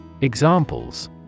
Examples